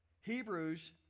Hebrews